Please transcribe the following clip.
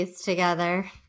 together